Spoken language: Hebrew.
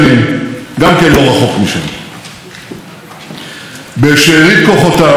בשארית כוחותיו הוא נשבע שאם יחיה יעלה